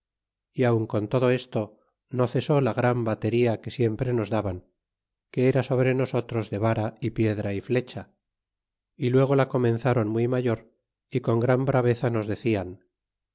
y aun con todo esto no cesó la gran batería que siempre nos daban que era sobre nosotros de vara y piedra y flecha y luego la comenzaron muy mayor y con gran braveza nos decian